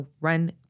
Run